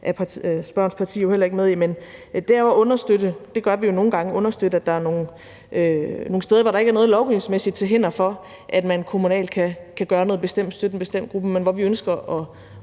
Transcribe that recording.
spørgerens parti heller ikke er med i den nye reserve, er at understøtte – det gør vi jo nogle gange – at der er nogle steder, hvor der ikke er noget lovgivningsmæssigt til hinder for, at man kommunalt kan gøre noget bestemt, støtte en bestemt gruppe, men hvor vi ønsker at